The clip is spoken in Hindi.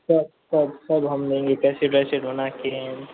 सब सब सब हम देंगे पैसे वैसे बना कर